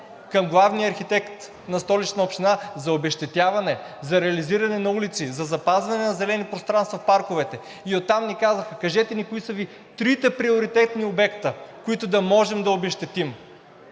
към главния архитект на Столична община за обезщетяване, за реализиране на улици, за запазване на зелени пространства в парковете и оттам ни казаха: „Кажете ни кои са Ви трите приоритетни обекта, които да можем да обезщетим?“